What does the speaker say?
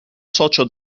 socio